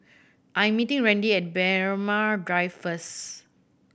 I meeting Randi at Braemar Drive first